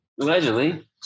Allegedly